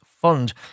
Fund